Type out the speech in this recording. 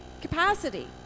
capacity